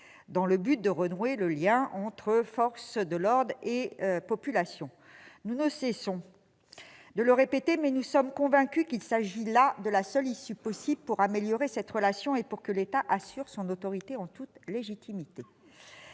en vue de renouer le lien entre forces de l'ordre et population. Nous ne cessons de le répéter, mais nous sommes convaincus qu'il s'agit là de la seule issue possible pour améliorer cette relation et pour que l'État assure son autorité en toute légitimité.